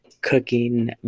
cooking